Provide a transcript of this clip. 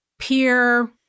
peer